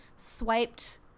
Swiped